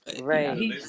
Right